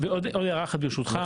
עוד הערה אחת ברשותך.